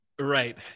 Right